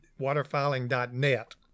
waterfiling.net